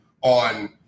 on